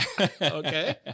Okay